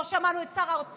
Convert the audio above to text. לא שמענו את שר האוצר,